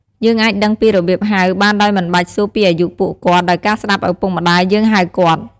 យើងអាចដឹងពីរបៀបហៅបានដោយមិនបាច់សួរពីអាយុពួកគាត់ដោយការស្តាប់ឪពុកម្តាយយើងហៅគាត់។